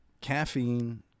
caffeine